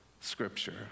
scripture